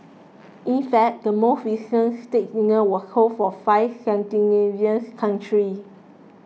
in fact the most recent state dinner was hosted for five Scandinavians countries